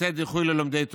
לתת דיחוי ללומדי תורה.